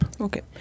Okay